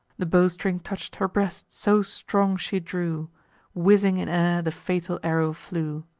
the bowstring touch'd her breast, so strong she drew whizzing in air the fatal arrow flew.